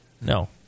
No